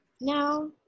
now